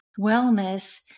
wellness